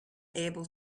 able